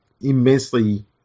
immensely